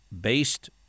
based